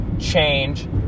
change